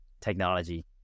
technology